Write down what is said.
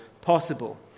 possible